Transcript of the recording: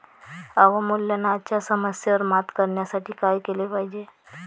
अवमूल्यनाच्या समस्येवर मात करण्यासाठी काय केले पाहिजे?